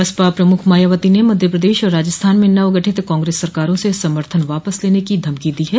बसपा प्रमुख मायावती ने मध्य प्रदेश और राजस्थान में नव गठित कांग्रेस सरकारों से समर्थन वापस लेने की धमकी दी है